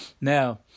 Now